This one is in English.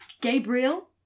Gabriel